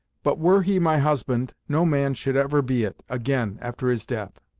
but were he my husband no man should ever be it, again, after his death!